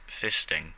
fisting